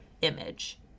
image